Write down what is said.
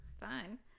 fine